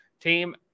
team